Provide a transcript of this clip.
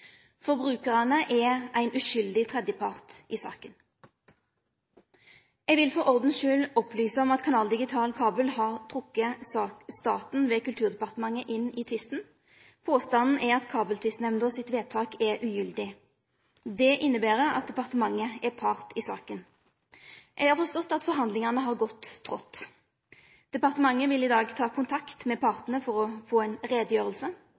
er ein uskuldig tredjepart i saka. Eg vil for ordens skuld opplyse om at Canal Digital Kabel-TV har trekt staten ved Kulturdepartementet inn i tvisten. Påstanden er at Kabeltvistnemndas vedtak er ugyldig. Det inneber at departementet er part i saka. Eg har forstått at forhandlingane har gått trått. Departementet vil i dag ta kontakt med partane for å få